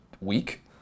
week